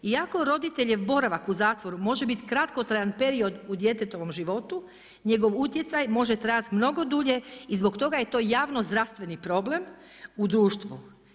Iako roditeljev boravak u zatvoru može biti kratkotrajan period u djetetovim životu, njegov utjecaj može trajati mnogo dulje i zbog toga je to javno zdravstveni problem u društvu.